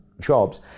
jobs